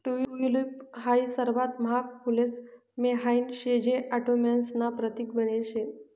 tulip हाई सर्वात महाग फुलेस म्हाईन शे जे ऑटोमन्स ना प्रतीक बनेल शे